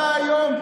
אתה היום,